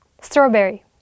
Strawberry